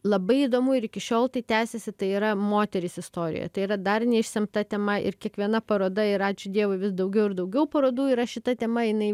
labai įdomu ir iki šiol tai tęsiasi tai yra moterys istorijoje tai yra dar neišsemta tema ir kiekviena paroda ir ačiū dievui vis daugiau ir daugiau parodų yra šita tema jinai